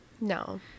no